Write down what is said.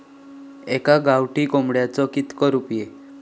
एका गावठी कोंबड्याचे कितके रुपये?